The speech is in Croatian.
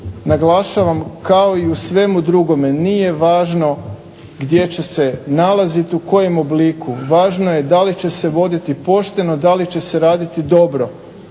naglašavam kao i u svemu drugome nije važno gdje će se nalaziti u kojem obliku. Važno je da li će se voditi pošteno, da li će se raditi dobro.